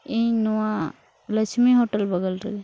ᱤᱧ ᱱᱚᱣᱟ Lakshmi hotel ᱵᱚᱜᱚᱞ ᱨᱮᱜᱮ